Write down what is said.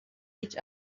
each